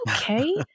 okay